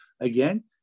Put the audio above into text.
again